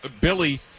Billy